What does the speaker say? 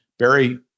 Barry